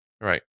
right